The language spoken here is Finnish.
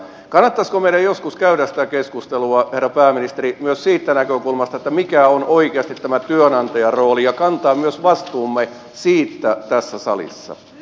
kannattaisiko meidän joskus käydä sitä keskustelua herra pääministeri myös siitä näkökulmasta mikä on oikeasti tämä työnantajan rooli ja kantaa myös vastuumme siitä tässä salissa